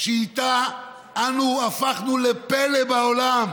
שאיתה אנחנו הפכנו לפלא בעולם.